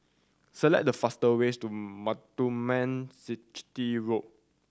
select the fastest way to Muthuraman Chetty Road